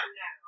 no